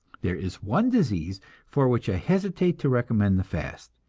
there is one disease for which i hesitate to recommend the fast,